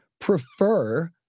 prefer